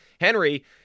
Henry